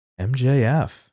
MJF